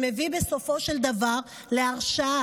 שמביא בסופו של דבר להרשעה.